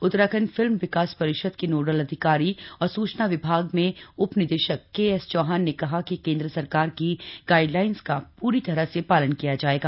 Uttarakhand film विकास परिषद के नोडल अधिकारी और सूचना विभाग में उप निदेशक के एस चैहान ने कहा कि केन्द्र सरकार की गाइडलाइन का पूरी तरह से पालन किया जायेगा